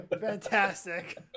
Fantastic